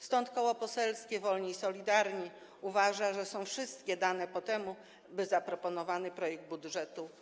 Stąd Koło Poselskie Wolni i Solidarni uważa, że są wszystkie dane po temu, by zaakceptować zaproponowany projekt budżetu.